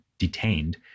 Detained